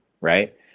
Right